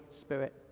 Spirit